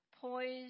poised